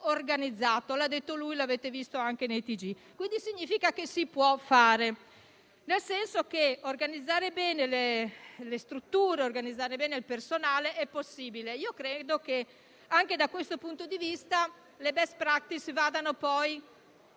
ha detto lui, come avete visto anche nei TG. Ciò significa che si può fare, nel senso che organizzare bene le strutture e il personale è possibile. Credo che anche da questo punto di vista le *best practice* vadano copiate,